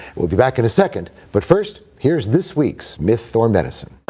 we'll be back in a second, but first, here's this week's myth or medicine.